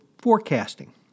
forecasting